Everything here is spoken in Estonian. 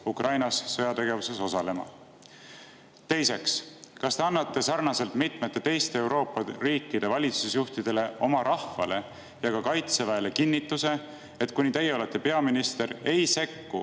Ukrainas sõjategevuses osalema? Teiseks, kas te annate sarnaselt mitmete teiste Euroopa riikide valitsusjuhtidega oma rahvale ja ka Kaitseväele kinnituse, et kuni teie olete peaminister, ei sekku